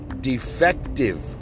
defective